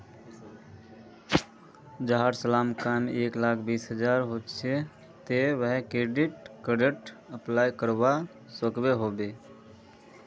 जहार सालाना कमाई एक लाख बीस हजार होचे ते वाहें क्रेडिट कार्डेर अप्लाई करवा सकोहो होबे?